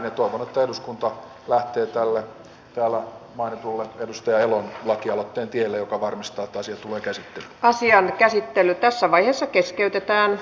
toivon että eduskunta lähtee tälle täällä mainitulle edustaja elon lakialoitteen tielle joka varmistaa että asia tulee käsittelyyn